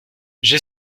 j’ai